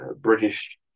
british